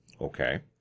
Okay